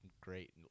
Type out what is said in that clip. great